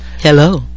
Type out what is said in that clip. Hello